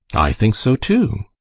i think so too.